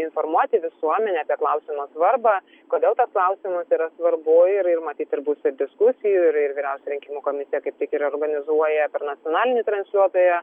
informuoti visuomenę apie klausimo svarbą kodėl tas klausimas yra svarbu ir ir matyt ir bus ir diskusijų ir ir vyriausioji rinkimų komisija kaip tik ir organizuoja per nacionalinį transliuotoją